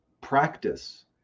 practice